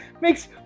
makes